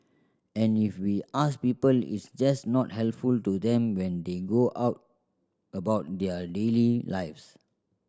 and if we ask people it's just not helpful to them when they go out about their daily lives